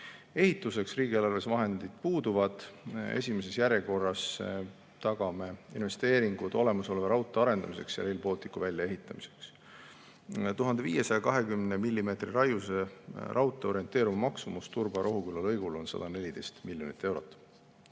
Ehituseks riigieelarves vahendid puuduvad. Esimeses järjekorras tagame investeeringud olemasoleva raudtee arendamiseks ja Rail Balticu väljaehitamiseks. 1520‑millimeetrise laiusega raudtee orienteeruv maksumus Turba–Rohuküla lõigul on 114 miljonit eurot.